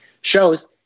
shows